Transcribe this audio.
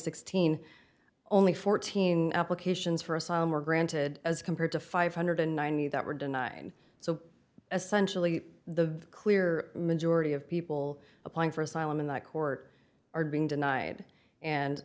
sixteen only fourteen applications for asylum were granted as compared to five hundred ninety that were denied so essentially the clear majority of people applying for asylum in that court are being denied and